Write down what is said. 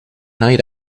night